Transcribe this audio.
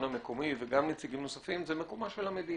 המקומי וגם נציגים נוספים זה מקומה של המדינה.